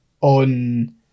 on